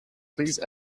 please